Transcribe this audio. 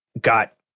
got